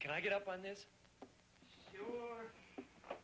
can i get up on this